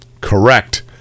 Correct